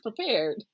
prepared